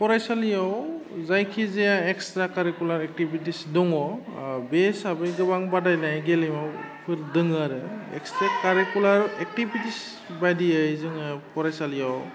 फरायसालियाव जायखिजाया extra curricular activities दङ बे हिसाबै गोबां बादायनाय गेलेमुफोर दोङो आरो एक्स्रा कारिकुलार एक्टिभिटिस बायदियै जोङो फरायसालियाव